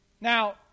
Now